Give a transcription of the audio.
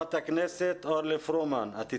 חברת הכנסת אורלי פרומן את איתנו?